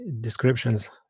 descriptions